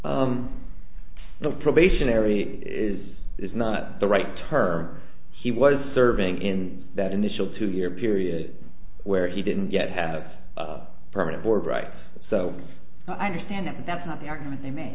was the probationary is is not the right term he was serving in that initial two year period where he didn't yet have a permanent board right so i understand that that's not the argument they made